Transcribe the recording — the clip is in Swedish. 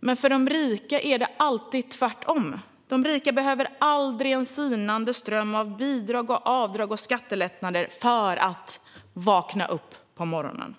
Men för de rika är det alltid tvärtom. De rika behöver en aldrig sinande ström av bidrag, avdrag och skattelättnader för att vakna på morgonen.